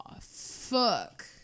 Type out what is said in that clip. fuck